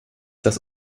das